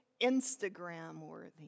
Instagram-worthy